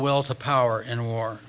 will to power in war